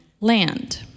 land